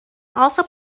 also